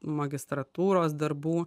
magistratūros darbų